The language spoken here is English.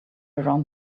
around